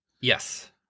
Yes